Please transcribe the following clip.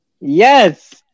Yes